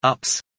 Ups